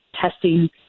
testing